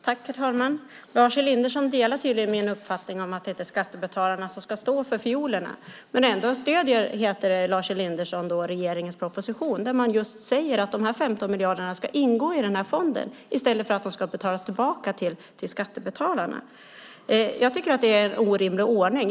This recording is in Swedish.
Herr talman! Lars Elinderson delar tydligen min uppfattning att det inte är skattebetalarna som ska stå för fiolerna. Ändå stöder Lars Elinderson regeringens proposition, där man skriver att de 15 miljarderna ska ingå i fonden i stället för att de ska betalas tillbaka till skattebetalarna. Jag tycker att det är en orimlig ordning.